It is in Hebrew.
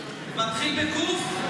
מתחיל באות ק'?